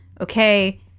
okay